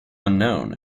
unknown